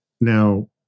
Now